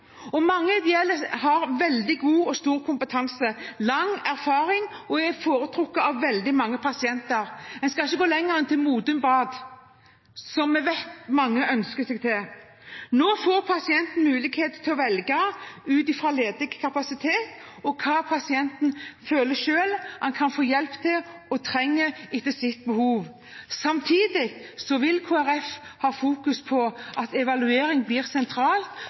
Mange ideelle har veldig god og stor kompetanse, lang erfaring og er foretrukket av veldig mange pasienter. En skal ikke gå lenger enn til Modum Bad, som jeg vet mange ønsker seg til. Nå får pasienten mulighet til å velge ut fra ledig kapasitet og hva pasienten selv føler han kan få hjelp til og trenger til sitt behov. Samtidig vil Kristelig Folkeparti fokusere på at evaluering blir